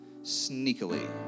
sneakily